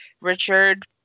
Richard